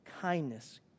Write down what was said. kindness